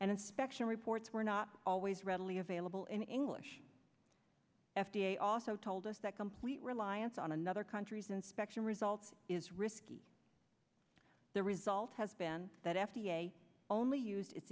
and inspection reports were not always readily available in english f d a also told us that complete reliance on another country's inspection results is risky the result has been that f d a only used it